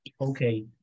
okay